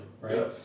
right